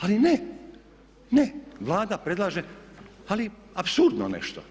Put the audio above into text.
Ali ne, ne, Vlada predlaže ali apsurdno nešto